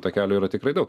takelių yra tikrai daug